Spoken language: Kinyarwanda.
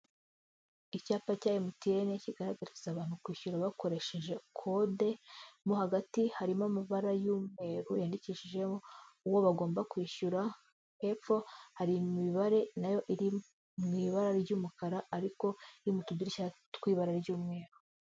Icyapa cya MTN, kigaragariza abantu kwishyura bakoresheje kode, mo hagati harimo amabara y'umweru yanyandikishijeho uwo bagomba kwishyura, hepfo hari imibare na yo iri mu ibara ry'umukara, ariko iri mu tudurishya tw'ibara ry'umweru.